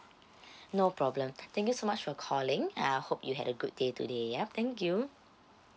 no problem thank you so much for calling and I hope you had a good day today yeah thank you